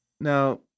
Now